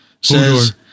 says